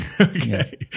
Okay